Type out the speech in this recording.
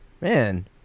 Man